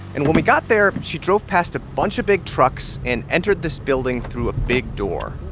and when we got there, she drove past a bunch of big trucks and entered this building through a big door.